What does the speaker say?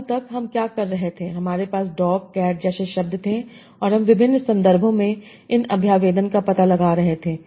अब तक हम क्या कर रहे थे हमारे पास डॉग कैट जैसे शब्द थे और हम विभिन्न संदर्भों में इन अभ्यावेदन का पता लगा रहे थे